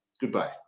Goodbye